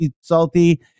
salty